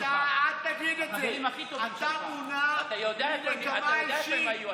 יודע שהם היו.